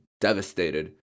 devastated